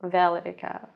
vėl reikia